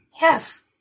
Yes